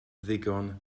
ddigon